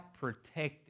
protected